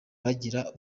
bagire